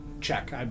check